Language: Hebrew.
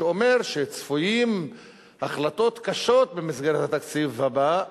אומר שצפויות החלטות קשות במסגרת התקציב הבא.